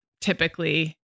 typically